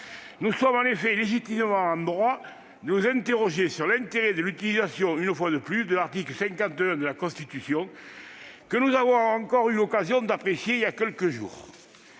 Nous sommes légitimement en droit de nous interroger sur l'intérêt d'utiliser, une fois de plus, l'article 50-1 de la Constitution, que nous avons encore eu l'occasion d'apprécier il y a quelques jours.